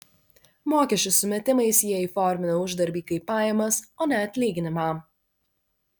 mokesčių sumetimais jie įformina uždarbį kaip pajamas o ne atlyginimą